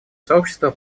сообщество